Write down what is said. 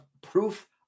proof